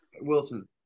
Wilson